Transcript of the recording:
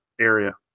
area